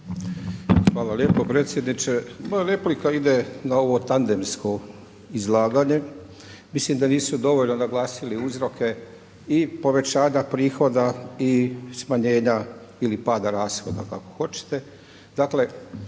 Hvala lijepo predsjedniče. Moja replika ide na ovo tandemsko izlaganje. Mislim da nisu dovoljno naglasili uzroke i povećanja prihoda i smanjenja ili pada rashoda kako hoćete.